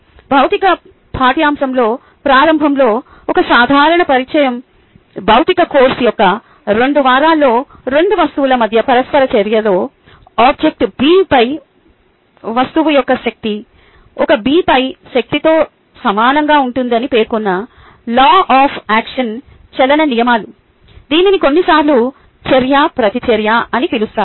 భౌతిక పాఠ్యాంశాల్లో ప్రారంభంలో ఒక సాధారణ పరిచయ భౌతిక కోర్సు యొక్క రెండు వారాలలో రెండు వస్తువుల మధ్య పరస్పర చర్యలో ఆబ్జెక్ట్ బి పై వస్తువు యొక్క శక్తి ఒక బి పై శక్తితో సమానంగా ఉంటుందని పేర్కొన్న లా ఒఫ్ యాక్షన్ చలన నియమాలు దీనిని కొన్నిసార్లు చర్య ప్రతిచర్య అని పిలుస్తారు